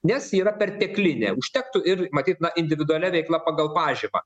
nes yra perteklinė užtektų ir matyt individualia veikla pagal pažymą